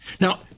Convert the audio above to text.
Now